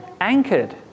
anchored